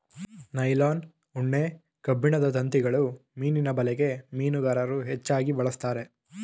nylon, ಉಣ್ಣೆ, ಕಬ್ಬಿಣದ ತಂತಿಗಳು ಮೀನಿನ ಬಲೆಗೆ ಮೀನುಗಾರರು ಹೆಚ್ಚಾಗಿ ಬಳಸ್ತರೆ